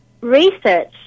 research